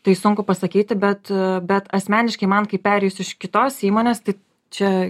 tai sunku pasakyti bet bet asmeniškai man kaip perėjus iš kitos įmonės tai čia